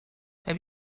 have